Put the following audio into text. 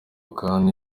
kandi